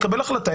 יקבל החלטה,